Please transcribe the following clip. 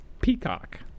Peacock